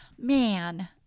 man